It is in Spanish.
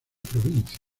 provincia